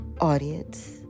audience